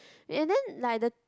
and then like the